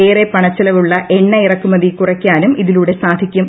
ഏറെ പണച്ചെലവുള്ള എണ്ണ ഇറക്കുമതി കുറയ്ക്കാനും കഴിയും